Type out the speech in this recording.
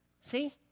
See